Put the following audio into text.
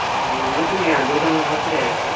ए अनि म चाहिँ नि यहाँ दोकानमा बसिराखेको छु